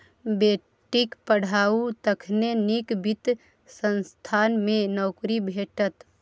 बेटीक पढ़ाउ तखने नीक वित्त संस्थान मे नौकरी भेटत